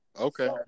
Okay